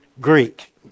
Greek